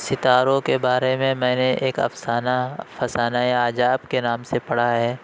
ستاروں کے بارے میں میں نے ایک افسانہ فسانے عجائب کے نام سے پڑھا ہے